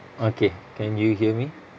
okay can you hear me